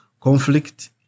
conflict